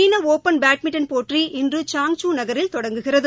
சீன open badminton போட்டி இன்று சாங்ஜூ நகரில் தொடங்குகிறது